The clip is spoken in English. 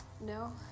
No